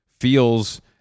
feels